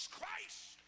Christ